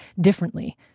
differently